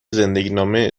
زندگینامه